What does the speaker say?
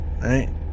Right